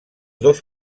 dos